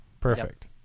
Perfect